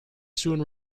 soon